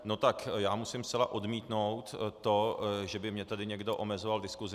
No tak já musím zcela odmítnout to, že by mě tady někdo omezoval v diskusi.